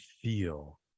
feel